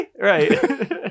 Right